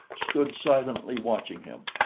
stood silently watching him.